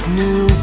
new